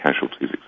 casualties